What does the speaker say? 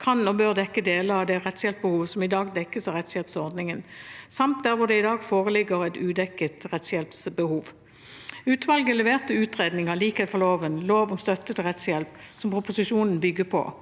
kan og bør dekke deler av det rettshjelpsbehovet som i dag dekkes av rettshjelpsordningen, samt der hvor det i dag foreligger et udekket rettshjelpsbehov.» Utvalget leverte utredningen «Likhet for loven – Lov om støtte til rettshjelp», som proposisjonen bygger på,